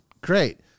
Great